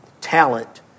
talent